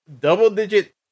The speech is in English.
double-digit